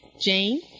jane